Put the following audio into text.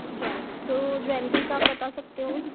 jewellery तो jewellery का आप बता सकते हो